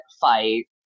fight